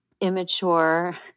immature